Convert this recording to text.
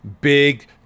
big